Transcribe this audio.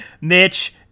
Mitch